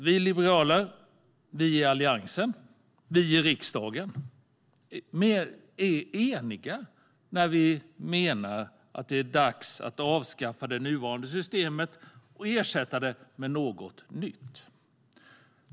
Vi liberaler, vi i Alliansen och vi i riksdagen är eniga när vi menar att det är dags att avskaffa det nuvarande systemet och ersätta det med något nytt.